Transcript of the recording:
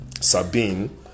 sabine